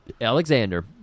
Alexander